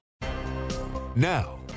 Now